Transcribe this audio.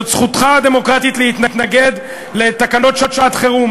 זאת זכותך הדמוקרטית להתנגד לתקנות שעת-חירום,